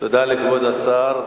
תודה לכבוד השר.